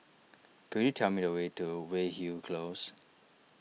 could you tell me the way to Weyhill Close